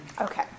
Okay